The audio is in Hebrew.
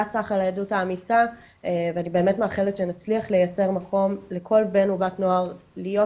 צח על העדות האמיצה ושנצליח לייצר מקום לכל בן ובת נוער להיות